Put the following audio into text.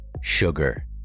sugar